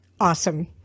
Awesome